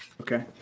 okay